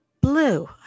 blue